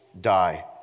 die